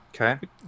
Okay